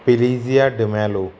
Pilizia D'Mello